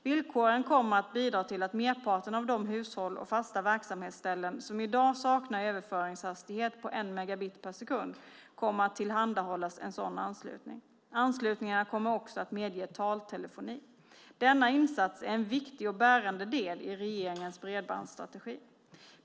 Villkoren kommer att bidra till att merparten av de hushåll och fasta verksamhetsställen som i dag saknar överföringshastighet på en megabit per sekund kommer att tillhandahållas en sådan anslutning. Anslutningarna kommer också att medge taltelefoni. Denna insats är en viktig och bärande del i regeringens bredbandsstrategi.